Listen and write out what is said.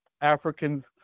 African